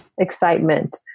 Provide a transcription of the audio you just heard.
excitement